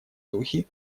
духе